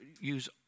use